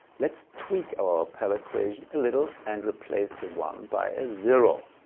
let's tweak our pell equation a little and replace the one by ah zero.